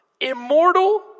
immortal